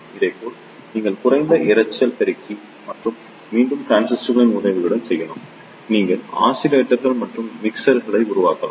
இதேபோல் நீங்கள் குறைந்த இரைச்சல் பெருக்கி மற்றும் மீண்டும் டிரான்சிஸ்டர்களின் உதவியுடன் செய்யலாம் நீங்கள் ஆஸிலேட்டர்கள் மற்றும் மிக்சர்களை உருவாக்கலாம்